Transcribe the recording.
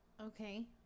Okay